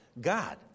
God